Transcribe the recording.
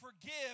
forgive